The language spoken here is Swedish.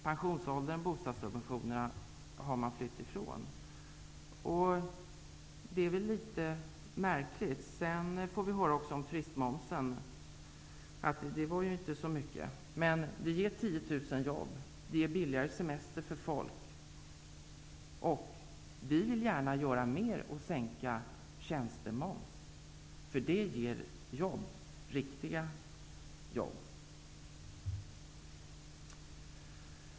Man har flytt ifrån överenskommelserna om pensionsåldern och bostadssubventionerna. Det är litet märkligt. Vi har också fått höra att uppgörelsen om turistmomsen inte var så mycket, men det ger 10 000 jobb, och det ger folk en billigare semester. Vi vill gärna göra mer och sänka tjänstemomsen. Det skulle ge jobb, riktiga jobb.